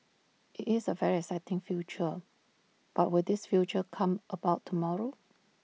it's A very exciting future but will this future come about tomorrow